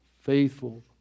faithful